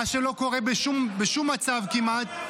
מה שלא קורה בשום מצב כמעט --- אדוני השר,